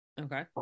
Okay